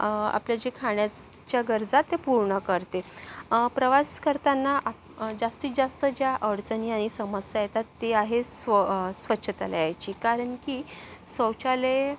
आपल्या जे खाण्याच्या गरजा ते पूर्ण करते प्रवास करताना जास्तीत जास्त ज्या अडचणी आणि समस्या येतात ते आहे स्व स्वच्छतालयाची कारण की शौचालय